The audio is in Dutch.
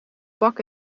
pak